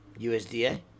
USDA